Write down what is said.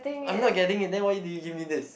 I'm not getting it then why did you give me this